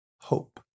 hope